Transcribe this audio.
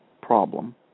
problem